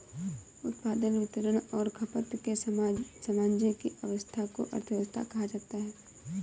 उत्पादन, वितरण और खपत के सामंजस्य की व्यस्वस्था को अर्थव्यवस्था कहा जाता है